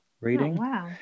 reading